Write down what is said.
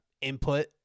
input